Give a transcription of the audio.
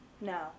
No